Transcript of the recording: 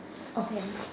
okay